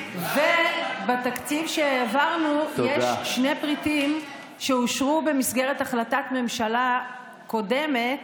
ובתקציב שהעברנו יש שני פריטים שאושרו במסגרת החלטת ממשלה קודמת,